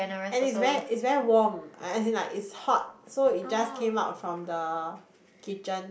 and it's very it's very warm uh as in like it's hot so it just came out from the kitchen